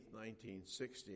1960